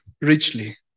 richly